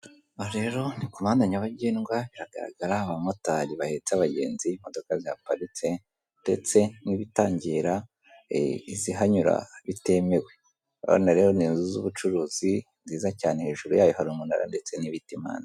Aha rero ni kumuhanda nyabagendwa biragaragara abamotari bahetse abagenzi, imodoka zihaparitse, ndetse nibitangira izihanyura bitemewe urabona rero ninzu zubucurzi nziza cyane hejuru yayo hari umunara n'ibiti impande.